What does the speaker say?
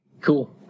Cool